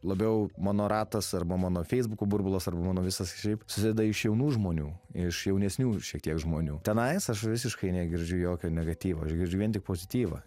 labiau mano ratas arba mano feisbuko burbulas ar mano visas šiaip susideda iš jaunų žmonių iš jaunesniųjų šiek tiek žmonių tenais aš visiškai negirdžiu jokio negatyvo aš girdžiu vien tik pozityvą